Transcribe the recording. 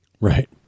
Right